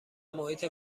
محیط